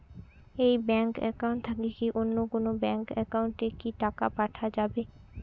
এই bank account থাকি কি অন্য কোনো ব্যাংক একাউন্ট এ কি টাকা পাঠা যাবে?